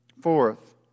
Fourth